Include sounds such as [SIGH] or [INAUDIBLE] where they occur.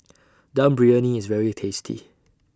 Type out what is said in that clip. [NOISE] Dum Briyani IS very tasty